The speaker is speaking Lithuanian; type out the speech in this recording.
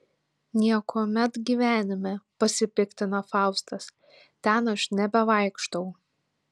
niekuomet gyvenime pasipiktina faustas ten aš nebevaikštau